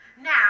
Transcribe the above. Now